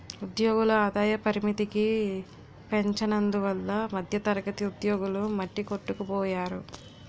ఉద్యోగుల ఆదాయ పరిమితికి పెంచనందువల్ల మధ్యతరగతి ఉద్యోగులు మట్టికొట్టుకుపోయారు